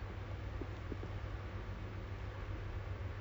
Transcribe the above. but I think kalau nak kalau nak kahwin sekarang pun macam